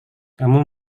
kamu